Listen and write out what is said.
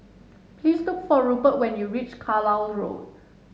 please look for Rupert when you reach Carlisle Road